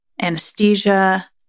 anesthesia